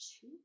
Two